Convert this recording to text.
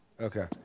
Okay